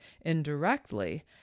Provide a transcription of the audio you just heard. indirectly